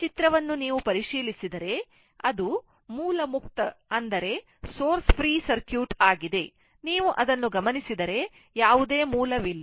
ಈ ಚಿತ್ರವನ್ನು ನೀವು ಪರಿಶೀಲಿಸಿದರೆ ಅದು ಮೂಲ ಮುಕ್ತ ಸರ್ಕ್ಯೂಟ್ ಆಗಿದೆ ನೀವು ಅದನ್ನು ಗಮನಿಸಿದರೆಯಾವುದೇ ಮೂಲವಿಲ್ಲ